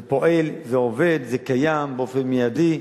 זה פועל, זה עובד, זה קיים באופן מיידי.